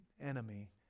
enemy